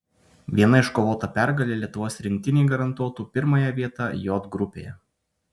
viena iškovota pergalė lietuvos rinktinei garantuotų pirmąją vietą j grupėje